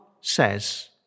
says